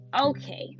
Okay